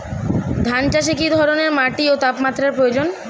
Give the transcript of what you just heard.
ধান চাষে কী ধরনের মাটি ও তাপমাত্রার প্রয়োজন?